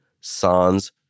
sans